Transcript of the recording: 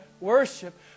worship